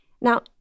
Now